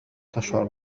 تشعر